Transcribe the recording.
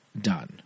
done